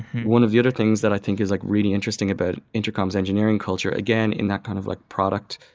one of the other things that i think is like really interesting about intercom's engineering culture, again in that kind of like product,